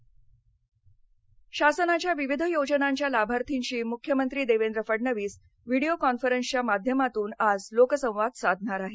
लोकसंवाद शासनाच्या विविध योजनांच्या लाभार्थीशी मुख्यमंत्री देवेंद्र फडणवीस व्हिडिओ कॉन्फरन्सच्या माध्यमातून आज लोकसंवाद करणार आहेत